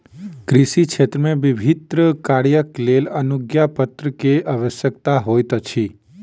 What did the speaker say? कृषि क्षेत्र मे विभिन्न कार्यक लेल अनुज्ञापत्र के आवश्यकता होइत अछि